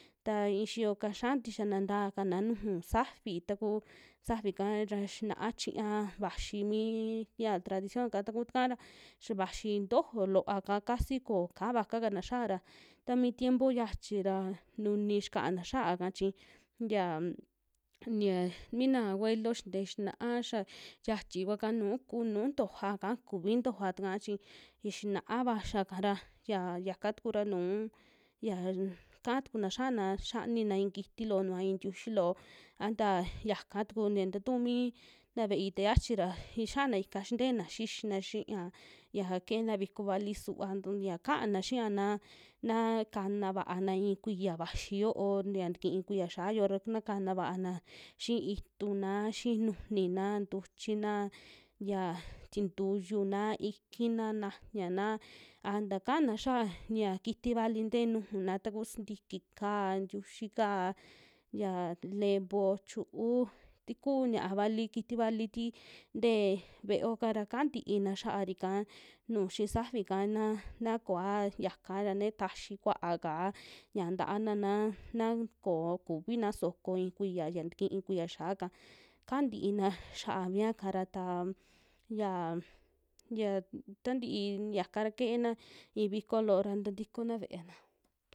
Ta i'i xiyoka xiaa tixiana ntakana nuju safi, taku safi'ka ra xinaa chiñaa vaxi mii ya tradiccion ka, taku takaa ra xia vaxi ntojo looa'ka casi koo vaka kana xia'a ra, ta mi tiempo xiachi ra nuni xikaana xia'ka chi xiam, xia mina abuelo xintee xina'a xa yachii vuaka nuu ku, nuu ntoaka kuvi ntojoa taka chi i'i xinava vaxia'ka ra yia yaka tuku ra nuu yaa, ka'a tukuna xiana xianina i'i kiti loo nujua i'i ntiuxi loo, a ntaa yaka tuku ña tatuu mii na ve'ei ta xiachi ra i'i xiana ika xinteena xixina xia, ya keena viko vali suva tu ya kaana xiaana naa kana va'ana i'i kuiya vayi yo'o, ya tikii kuiya xa'a yo'o ra, na kana va'ana xi'i ituna xii nujunina, ntuchi'na ya tintuyuna, ikina, najña'na a nta kaana xiaa ya kiti vali ntee nujuna taku sintiki'ka, ntiuxi'ka ya levo, chu'u tikuu ña'a vali, kiti vali tii ntee ve'eoka ra ka'a ntiina xiaarika nuu xii safi'ka naa, na koa uyaka ra ne taxi kua'akaa ña'a ntana na, na koo kuvina soko i'i kuiya ya tikii kuiya xia'aka, ka'a ntiina xa'a miaka ra taa yaa, yia tantii yaka ra keena i'i viko loo ra tantikona ve'eana.